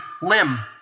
limb